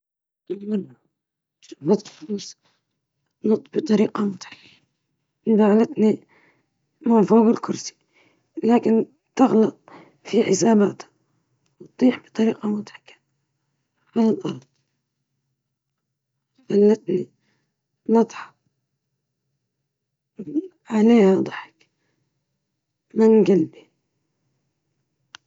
أكثر شيء طريف رأيته كان في أحد الأسواق، عندما رأت طفلة تبيع بالونات في يدها وانتزعت بالونًا ثم ذهبت تجري مبتعدة، منظرها كان مضحكًا وطريفًا جدًا.